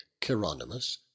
Chironomus